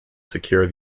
secure